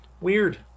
Weird